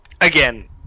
again